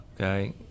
okay